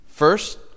First